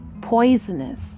poisonous